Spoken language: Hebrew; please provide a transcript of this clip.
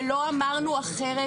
ולא אמרנו אחרת,